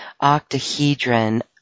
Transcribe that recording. octahedron